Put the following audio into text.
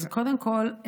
אז קודם כול,